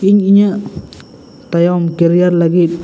ᱤᱧ ᱤᱧᱟᱹᱜ ᱛᱟᱭᱚᱢ ᱠᱮᱨᱤᱭᱟᱨ ᱞᱟᱹᱜᱤᱫ